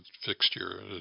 fixture